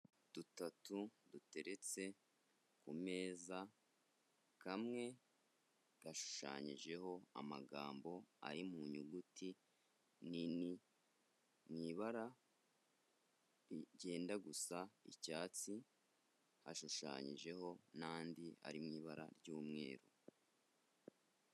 Dutatu duteretse ku meza, kamwe gashushanyijeho amagambo ari mu nyuguti nini mu ibara ryenda gusa icyatsi, hashushanyijeho n'andi ari mu ibara ry'umweru.